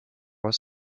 was